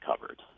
covered